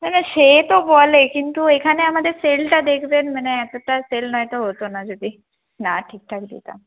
না না সে তো বলে কিন্তু এখানে আমাদের সেলটা দেখবেন মানে এতটা সেল নয়তো হতো না যদি না ঠিকঠাক দিতাম